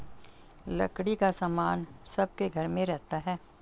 लकड़ी का सामान सबके घर में रहता है